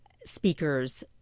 speakers